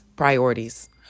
Priorities